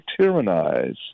tyrannize